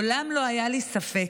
מעולם לא היה לי ספק,